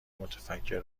متفکر